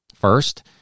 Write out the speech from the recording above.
First